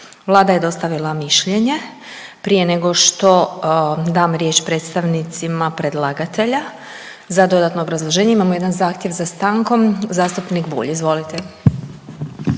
Vlada je dostavila mišljenje. Prije nego što dam riječ predstavnicima predlagatelja za dodatno obrazloženje, imamo jedan zahtjev za stankom, zastupnik Bulj. Izvolite.